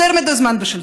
יותר מדי זמן בשלטון.